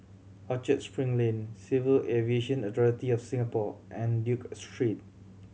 Orchard Spring Lane Civil Aviation Authority of Singapore and Duke Street